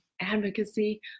advocacy